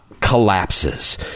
Collapses